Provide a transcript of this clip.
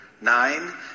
Nine